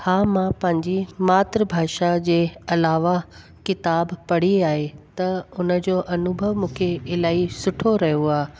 हा मां पंहिंजी मातृभाषा जे अलावा किताबु पढ़ी आहे त हुन जो अनुभव मूंखे इलाही सुठो रहियो आहे